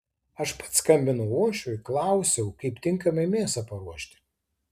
aš pats skambinau uošviui klausiau kaip tinkamai mėsą paruošti